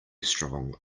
strong